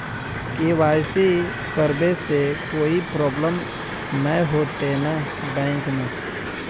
KYC करबे से कोई प्रॉब्लम नय होते न बैंक में?